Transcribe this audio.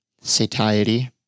satiety